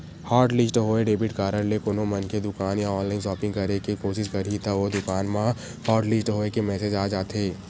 hotlist होए debit card ले कोनो मनखे दुकान या ऑनलाईन सॉपिंग करे के कोसिस करही त ओ दुकान म हॉटलिस्ट होए के मेसेज आ जाथे